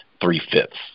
three-fifths